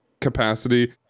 capacity